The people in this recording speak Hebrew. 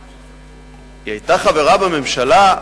היא היתה חברה בממשלה,